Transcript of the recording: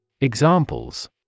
Examples